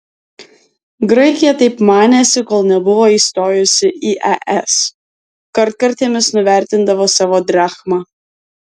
graikija taip manėsi kol nebuvo įstojusi į es kartkartėmis nuvertindavo savo drachmą